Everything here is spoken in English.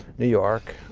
new york,